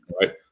Right